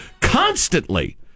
constantly